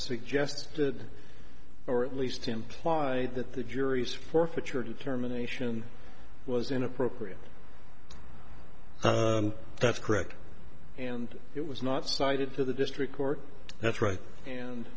suggested or at least implied that the jury's forfeit your determination was inappropriate that's correct and it was not cited to the district court that's right and